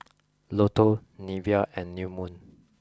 Lotto Nivea and New Moon